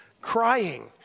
crying